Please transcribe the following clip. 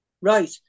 Right